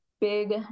big